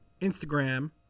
Instagram